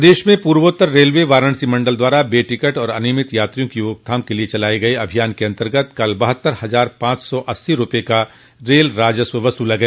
प्रदेश में पूर्वोत्तर रेलवे वाराणसी मंडल द्वारा बे टिकट और अनियमित यात्रियों की रोकथाम के लिये चलाये गये अभियान के अन्तर्गत कल बहत्तर हजार पांच सौ अस्सी रूपये का रेल राजस्व वसूला गया